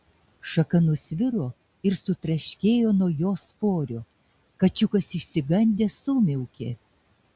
šaka nusviro ir sutraškėjo nuo jo svorio kačiukas išsigandęs sumiaukė